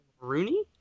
rooney